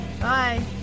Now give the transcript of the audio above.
Bye